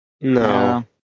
no